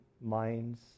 minds